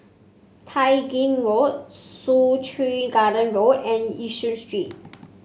Tai Gin Road Soo Chow Garden Road and Yishun Street